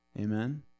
Amen